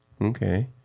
Okay